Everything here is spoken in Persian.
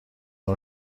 نوع